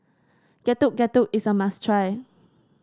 Getuk Getuk is a must try